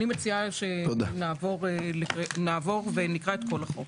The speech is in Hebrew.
אני מציעה שנעבור להקראת כל החוק.